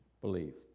belief